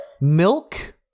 Milk